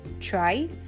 try